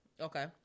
okay